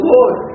Lord